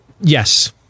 yes